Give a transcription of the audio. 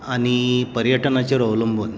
आनी पर्यटनाचेर अवलबूंन